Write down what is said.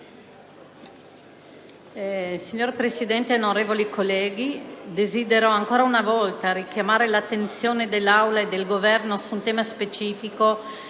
Signor Presidente, onorevoli colleghi, desidero ancora una volta richiamare l'attenzione dei colleghi e del Governo su un tema specifico,